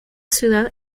ciudad